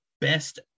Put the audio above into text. best